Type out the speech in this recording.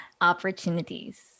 Opportunities